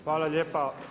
Hvala lijepa.